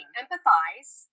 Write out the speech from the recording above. empathize